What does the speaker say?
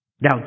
Now